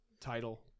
title